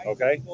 Okay